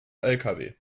lkw